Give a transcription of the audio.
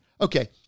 Okay